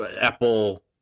Apple